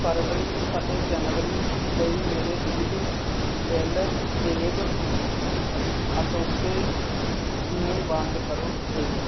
ਫਰਵਰੀ ਅਤੇ ਜਨਵਰੀ ਲਈ ਮੇਰੇ ਬਿਜਲੀ ਬਿੱਲ ਦੇਬ ਆਟੋਪੇਅ ਨੂੰ ਬੰਦ ਕਰ ਦੇਵੋ